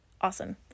awesome